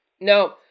No